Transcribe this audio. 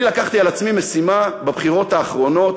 אני לקחתי על עצמי משימה בבחירות האחרונות,